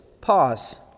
Pause